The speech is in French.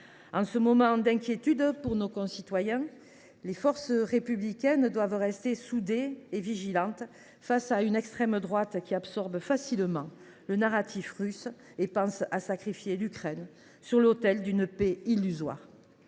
En ces moments d’inquiétude pour nos concitoyens, les forces républicaines doivent rester soudées et vigilantes face à une extrême droite qui absorbe facilement le narratif russe et réfléchit à sacrifier l’Ukraine sur l’autel d’une paix illusoire.